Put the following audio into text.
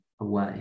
away